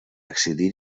accedir